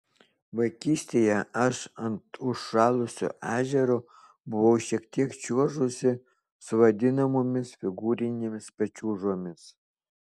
vaikystėje aš ant užšalusio ežero buvau šiek tiek čiuožusi su vadinamomis figūrinėmis pačiūžomis